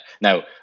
now